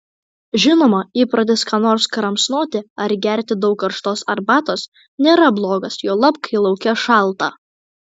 žinoma įprotis ką nors kramsnoti ar gerti daug karštos arbatos nėra blogas juolab kai lauke šalta